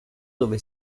dove